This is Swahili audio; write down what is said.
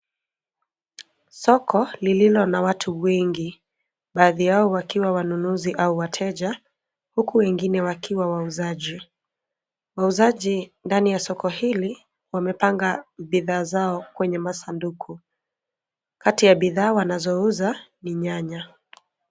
Soko lililo na watu wengi, baadhi Yao wakiwa wanunuzi au wateja huku wengine wakiwa wauzaji. Wauzaji ndani ya soko hili wamepanga bidhaa zao kwenye masanduku. Kati ya bidhaa wanazouza ni nyanya.